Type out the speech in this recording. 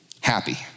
happy